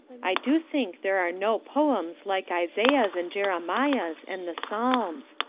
i do think there are no poems like isaiah's and jeremiah's and the psalms.